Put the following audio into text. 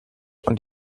und